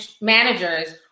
managers